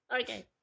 Okay